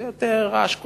זה יותר רעש קולני,